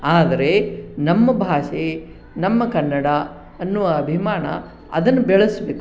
ಆದರೆ ನಮ್ಮ ಭಾಷೆ ನಮ್ಮ ಕನ್ನಡ ಅನ್ನುವ ಅಭಿಮಾನ ಅದನ್ನು ಬೆಳೆಸಬೇಕು